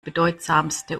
bedeutsamste